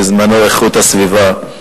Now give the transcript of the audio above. בזמנו איכות הסביבה,